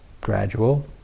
gradual